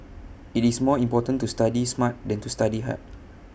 IT is more important to study smart than to study hard